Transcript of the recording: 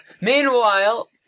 Meanwhile